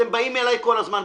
אתם באים אליי כל הזמן,